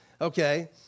Okay